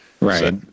Right